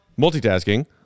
multitasking